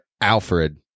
alfred